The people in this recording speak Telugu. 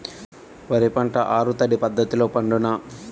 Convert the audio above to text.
వరి పంట ఆరు తడి పద్ధతిలో పండునా?